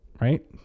right